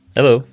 Hello